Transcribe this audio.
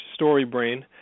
storybrain